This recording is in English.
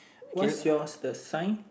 what's yours the sign